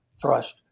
thrust